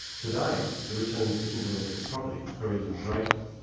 today the returns to intellectual property are even greater.